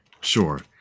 sure